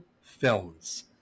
films